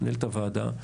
מנהלת הוועדה,